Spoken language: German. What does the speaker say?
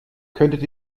könntet